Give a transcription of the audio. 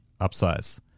upsize